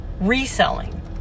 reselling